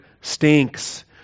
stinks